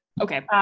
Okay